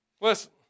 Listen